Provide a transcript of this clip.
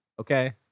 okay